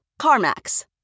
CarMax